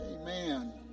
Amen